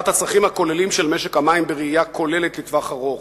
הצרכים הכוללים של משק המים בראייה כוללת לטווח ארוך,